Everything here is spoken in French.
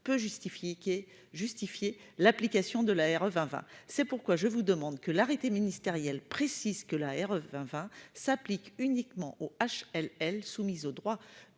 peut justifier l'application de la RE2020. C'est pourquoi je demande que l'arrêté ministériel précise que la RE2020 s'applique uniquement aux HLL soumises au droit